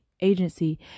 agency